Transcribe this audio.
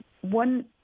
one